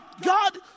God